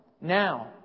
now